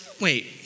wait